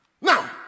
now